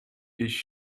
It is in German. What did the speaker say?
ich